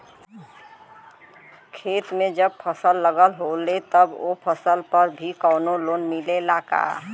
खेत में जब फसल लगल होले तब ओ फसल पर भी कौनो लोन मिलेला का?